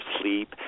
sleep